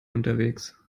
unterwegs